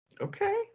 okay